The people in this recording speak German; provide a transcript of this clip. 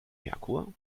merkur